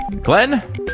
Glenn